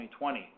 2020